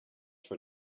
for